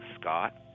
Scott